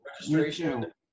registration